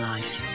Life